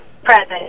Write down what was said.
present